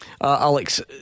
Alex